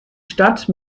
stadt